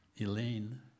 Elaine